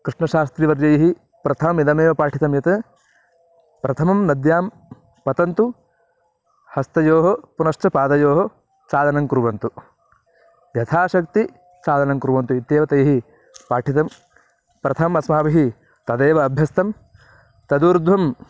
कृष्णशास्त्रीवर्यैः प्रथममिदमेव पाठितं यत् प्रथमं नद्यां पतन्तु हस्तयोः पुनश्च पादयोः चालनं कुर्वन्तु यथाशक्तिः चालनं कुर्वन्तु इत्येव तैः पाठितं प्रथममस्माभिः तदेव अभ्यस्तं तदूर्ध्वं